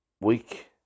week